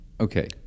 okay